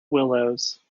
willows